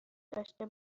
داشته